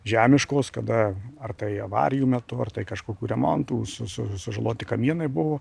žemiškos kada ar tai avarijų metu ar tai kažkokių remontų su su sužaloti kamienai buvo